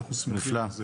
אנחנו שמחים על זה.